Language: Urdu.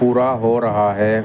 پورا ہو رہا ہے